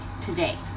today